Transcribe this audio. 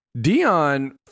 Dion